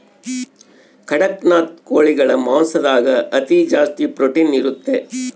ಕಡಖ್ನಾಥ್ ಕೋಳಿಗಳ ಮಾಂಸದಾಗ ಅತಿ ಜಾಸ್ತಿ ಪ್ರೊಟೀನ್ ಇರುತ್ತೆ